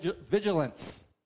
vigilance